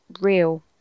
real